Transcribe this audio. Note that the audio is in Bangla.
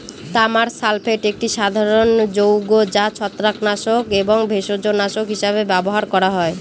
তামার সালফেট একটি সাধারণ যৌগ যা ছত্রাকনাশক এবং ভেষজনাশক হিসাবে ব্যবহার করা হয়